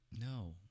no